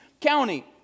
County